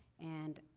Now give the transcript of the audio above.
and